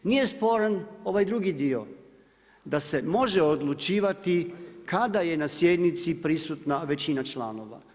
Nije sporan ovaj drugi dio da se može odlučivati kada je na sjednici prisutna većina članova.